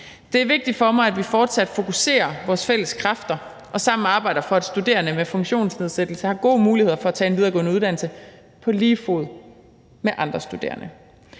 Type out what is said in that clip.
Det er vigtigt for mig, at vi fortsat fokuserer vores fælles kræfter og sammen arbejder for, at studerende med funktionsnedsættelse har gode muligheder for at tage en videregående uddannelse på lige fod med andre studerende.